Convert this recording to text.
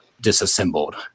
disassembled